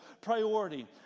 priority